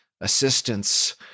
assistance